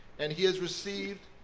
and he has received